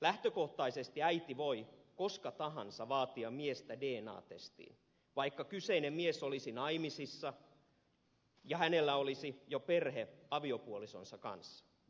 lähtökohtaisesti äiti voi koska tahansa vaatia miestä dna testiin vaikka kyseinen mies olisi naimisissa ja hänellä olisi jo perhe aviopuolisonsa kanssa